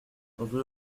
rue